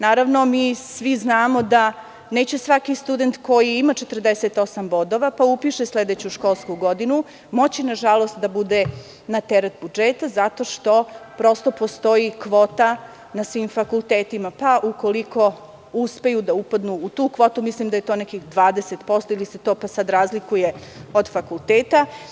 Naravno, mi svi znamo da neće svaki student koji ima 48 bodova, pa upiše sledeću školsku godinu, moći na žalost da bude na teret budžeta zato što postoji kvota na svim fakultetima, pa ukoliko uspeju da upadnu u tu kvotu, mislim da je to nekih 20% ili se to sada razlikuje od fakulteta.